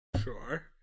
sure